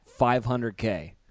500K